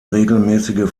regelmäßige